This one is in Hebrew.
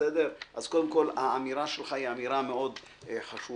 אז קודם כול, האמירה שלך היא אמירה מאוד חשובה.